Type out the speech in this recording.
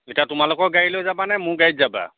এতিয়া তোমালোকৰ গাড়ী লৈ যাবা নে মোৰ গাড়ীত যাবা